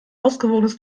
ausgewogenes